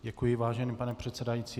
Děkuji, vážený pane předsedající.